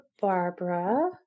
Barbara